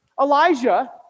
Elijah